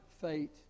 fate